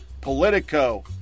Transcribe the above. Politico